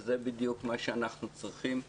זה בדיוק מה שאנחנו צריכים לראות: